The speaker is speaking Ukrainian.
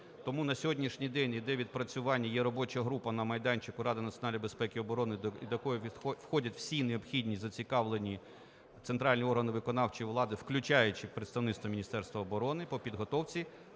Тому на сьогоднішній день іде відпрацювання, є робоча група на майданчику Ради національної безпеки і оборони, до якої входять всі необхідні зацікавлені центральні органи виконавчої влади, включаючи представництво Міністерства оборони, по підготовці